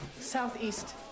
Southeast